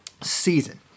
season